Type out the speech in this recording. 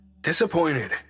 disappointed